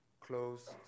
close